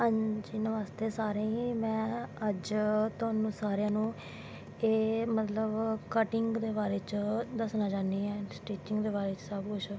हां जी नमस्ते सारें गी में अज्ज तोआनू सारेआं नू एह् मतलव कटिंग दे बारे च दस्सनां चाह्नी ऐं स्टिचिंंग दे बारे च सब कुश